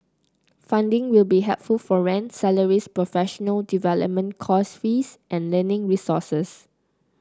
funding will be helpful for rent salaries professional development course fees and learning resources